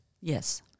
Yes